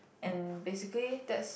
and basically that's